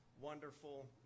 wonderful